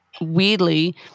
weirdly